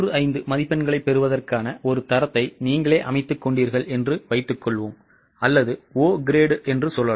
95 மதிப்பெண்களைப் பெறுவதற்கான ஒரு தரத்தை நீங்களே அமைத்துக் கொண்டீர்கள் என்று வைத்துக் கொள்வோம் அல்லது O கிரேடு என்று சொல்லலாம்